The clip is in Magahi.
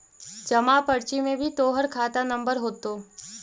जमा पर्ची में भी तोहर खाता नंबर होतो